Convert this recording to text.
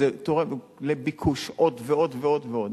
זה תורם לביקוש עוד ועוד ועוד ועוד.